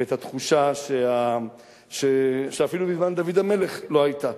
ואת התחושה שאפילו בזמן דוד המלך לא היתה,